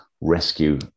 rescue